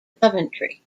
coventry